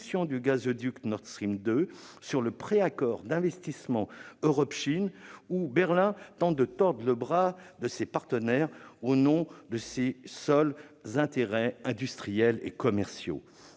du gazoduc Nord Stream 2 ou le préaccord d'investissement Europe-Chine, Berlin tentant de tordre le bras de ses partenaires au nom de ses seuls intérêts industriels et commerciaux.